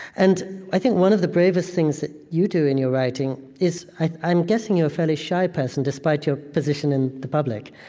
and i think one of the bravest things that you do in your writing is, i'm guessing you're a fairly shy person despite your position in the public.